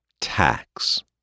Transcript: tax